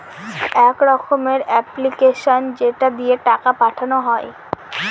এক রকমের এপ্লিকেশান যেটা দিয়ে টাকা পাঠানো হয়